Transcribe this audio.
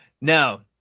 Now